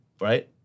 right